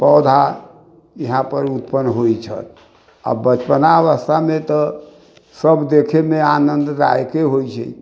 पौधा यहाँ पर उत्पन्न होइत छै आ बचपना अवस्थामे तऽ सभ देखैमे आनन्ददायके होइत छै